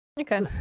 Okay